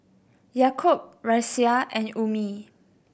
Yaakob Raisya and Ummi